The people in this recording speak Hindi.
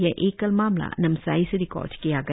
यह एकल मामला नामसाई से रिकॉर्ड किया गया